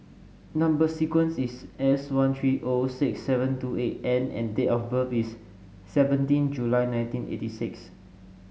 number sequence is S one three zero six seven two eight N and date of birth is seventeen July nineteen eighty six